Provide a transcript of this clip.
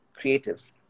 creatives